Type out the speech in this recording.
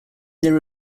their